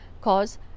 cause